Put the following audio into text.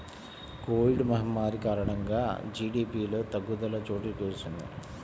Covid మహమ్మారి కారణంగా జీడీపిలో తగ్గుదల చోటుచేసుకొంది